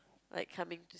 like coming to